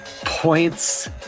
points